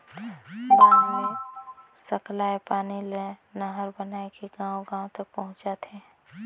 बांध मे सकलाए पानी ल नहर बनाए के गांव गांव तक पहुंचाथें